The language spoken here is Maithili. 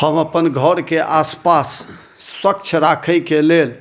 हम अपन घरके आस पास स्वच्छ राखैके लेल